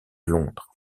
londres